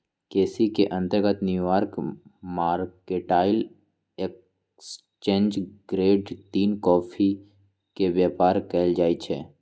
केसी के अंतर्गत New York mercantile exchange grade तीन कॉफी के व्यापार कएल जाइ छइ